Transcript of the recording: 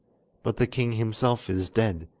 but the king himself is dead,